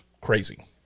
Crazy